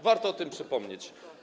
Warto o tym przypomnieć.